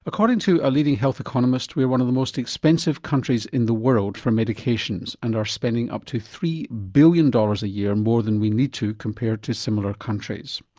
according to a leading health economist, we're one of the most expensive countries in the world for medications and are spending up to three billion dollars a year more than we need to, compared to similar countries.